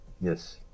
Yes